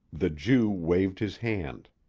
the jew waved his hand.